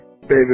Baby